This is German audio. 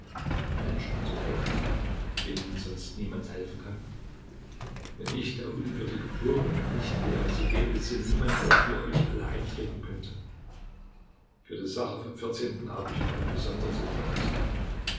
menschen zu helfen denen sonst niemand helfen kann wenn ich der unwürdige pope nicht wäre so gäbe es hier niemand der für euch alle eintreten könnte für die sache vom vierzehnten habe ich aber ein besonderes interesse